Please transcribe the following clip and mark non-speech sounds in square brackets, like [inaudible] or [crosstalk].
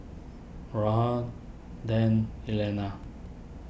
[unintelligible] Dane Elaina